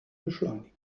beschleunigen